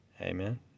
Amen